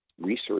research